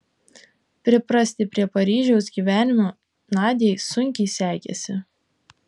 priprasti prie paryžiaus gyvenimo nadiai sunkiai sekėsi